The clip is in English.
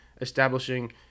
establishing